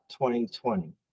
2020